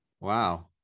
Wow